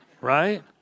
right